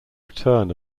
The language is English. return